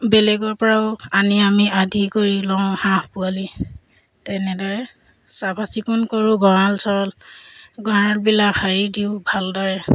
বেলেগৰপৰাও আনি আমি আধি কৰি লওঁ হাঁহ পোৱালি তেনেদৰে চাফাচিকুণ কৰোঁ গড়াল চৰাল গড়ালবিলাক হেৰি দিওঁ ভালদৰে